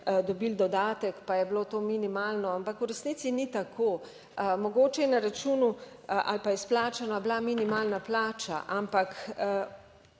dobili dodatek, pa je bilo to minimalno, ampak v resnici ni tako. Mogoče je na računu ali pa izplačana bila minimalna plača, ampak